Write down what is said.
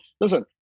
listen